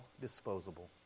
disposable